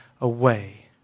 away